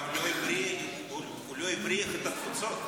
הוא גם לא הבריח את התפוצות.